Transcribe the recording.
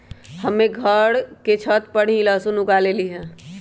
हम्मे घर के छत पर ही लहसुन उगा लेली हैं